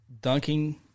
Dunking